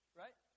right